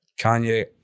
Kanye